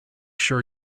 sure